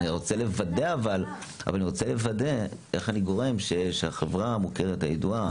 אבל אני רוצה לוודא שאני גורם לכך שהחברה היא מוכרת וידועה.